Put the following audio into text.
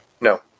No